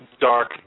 dark